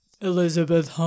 Elizabeth